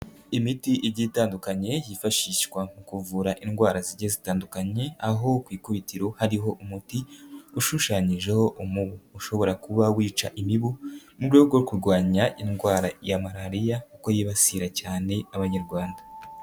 Imiti igiye itandukanye yifashishwa mu kuvura indwara zigiye zitandukanye aho ku ikubitiro hariho umuti ushushanyijeho umubu ushobora kuba wica imibu mu rwego rwo kurwanya indwara ya Malariya kuko yibasira cyane Abanyarwanda.